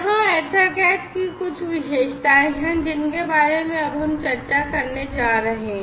यहाँ EtherCat की कुछ विशेषताएं हैं जिनके बारे में हम अब चर्चा करने जा रहे हैं